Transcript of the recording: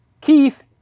Keith